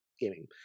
gaming